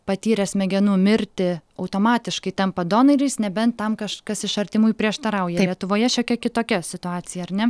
patyrę smegenų mirtį automatiškai tampa donorais nebent tam kažkas iš artimųjų prieštarauja lietuvoje šiokia kitokia situacija ar ne